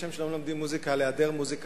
כשם שלא מלמדים מוזיקה על-ידי היעדר מוזיקה,